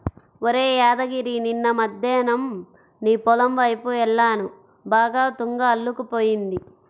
ఒరేయ్ యాదగిరి నిన్న మద్దేన్నం నీ పొలం వైపు యెల్లాను బాగా తుంగ అల్లుకుపోయింది